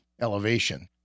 elevation